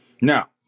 Now